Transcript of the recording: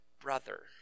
brother